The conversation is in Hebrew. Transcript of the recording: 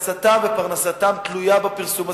הכנסתם ופרנסתם תלויות בפרסום הזה,